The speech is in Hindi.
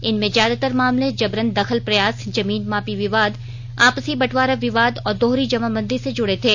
इनमें ज्यादातर मामले जबरन दखल प्रयास जमीन मापी विवाद आपसी बंटवारा विवाद और दोहरी जमाबंदी से जुड़े थे